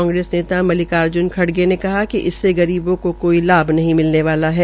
कांग्रेस नेता मलिकाज्न खड़गे ने हा कि इससे गरीबों को कोई लाभ नहीं मिलने वाला है